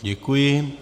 Děkuji.